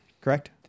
correct